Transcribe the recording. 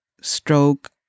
stroke